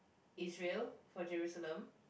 Israel for Jerusalem